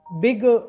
big